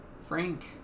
Frank